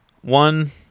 one